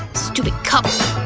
stupid cup.